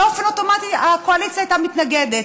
באופן אוטומטי הקואליציה הייתה מתנגדת.